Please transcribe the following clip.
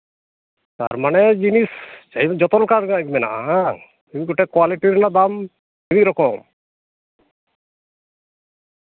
ᱛᱟᱨ ᱢᱟᱱᱮ ᱡᱤᱱᱤᱥ ᱡᱚᱛᱚ ᱞᱮᱠᱟᱱᱟᱜ ᱜᱮ ᱢᱮᱱᱟᱜᱼᱟ ᱦᱟᱝ ᱢᱤᱼᱢᱤᱫ ᱜᱚᱴᱮᱡ ᱠᱚᱣᱟᱞᱤᱴᱤ ᱨᱮᱱᱟᱜ ᱫᱟᱢ ᱢᱤᱼᱢᱤᱫ ᱨᱚᱠᱚᱢ